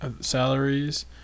salaries